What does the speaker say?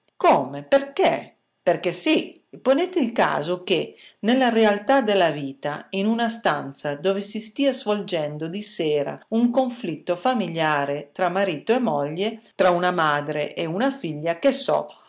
come perché perché sì ponete il caso che nella realtà della vita in una stanza dove si stia svolgendo di sera un conflitto familiare tra marito e moglie tra una madre e una figlia che so